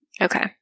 Okay